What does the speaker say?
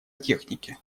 технике